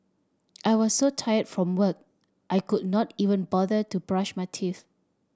I was so tired from work I could not even bother to brush my teeth